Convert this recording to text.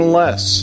less